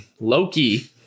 Loki